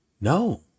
No